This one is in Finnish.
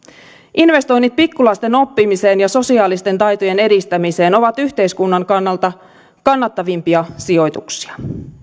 investoinnit pikkulasten oppimiseen ja sosiaalisten taitojen edistämiseen ovat yhteiskunnan kannalta kannattavimpia sijoituksia